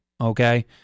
okay